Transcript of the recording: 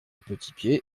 petitpied